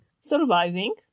surviving